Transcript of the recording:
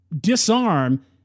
disarm